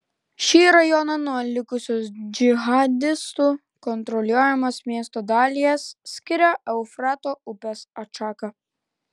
šį rajoną nuo likusios džihadistų kontroliuojamos miesto dalies skiria eufrato upės atšaka